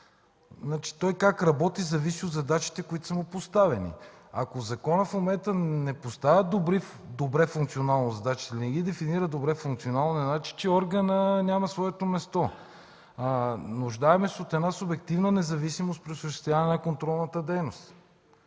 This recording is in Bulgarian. Той как работи, зависи от задачите, които са му поставени. Ако законът в момента не дефинира добре функционално задачите, не значи че органът няма своето място. Нуждаем се от една субективна независимост при осъществяване на контролната дейност.